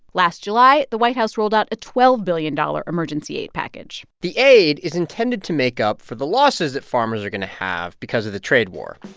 last july, the white house rolled out a twelve billion dollars emergency aid package the aid is intended to make up for the losses that farmers are going to have because of the trade war.